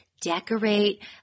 decorate